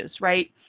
right